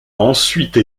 ensuite